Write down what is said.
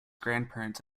grandparents